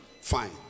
Fine